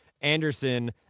Anderson